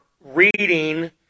reading